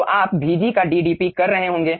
तो आप vg का d dP कर रहे होंगे